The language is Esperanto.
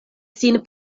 sin